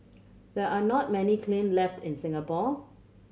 there are not many kiln left in Singapore